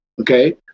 Okay